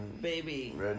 baby